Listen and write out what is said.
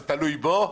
זה תלוי בו?